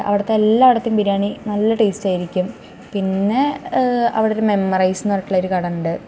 അവിടുത്തെ എല്ലായിടത്തേയും ബിരിയാണി നല്ല ടേസ്റ്റ് ആയിരിക്കും പിന്നെ അവിടെ ഒരു മെമ്മറൈസ് എന്ന് പറഞ്ഞിട്ടുള്ളൊരു കട ഉണ്ട്